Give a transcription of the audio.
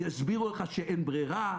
שאין ברירה,